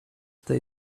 they